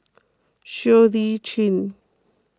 Siow Lee Chin